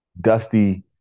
Dusty